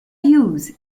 use